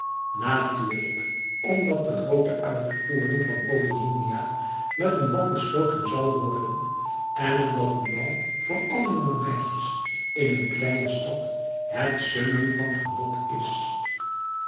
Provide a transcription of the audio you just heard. natuurlijk omdat de groote uitvoering van polyhymnia met een bal besloten zou worden en omdat een bal voor alle jonge meisjes in een kleine stad het summum van genot is